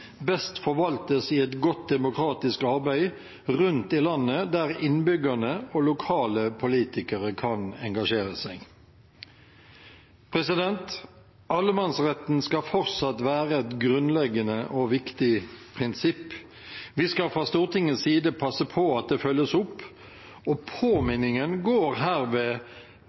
best forvaltes i et godt demokratisk arbeid rundt om i landet, der innbyggerne og lokale politikere kan engasjere seg. Allemannsretten skal fortsatt være et grunnleggende og viktig prinsipp. Vi skal fra Stortingets side passe på at det følges opp, og påminningen går herved